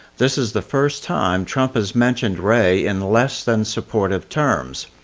this is the first time trump has mentioned wray, in less than supportive terms.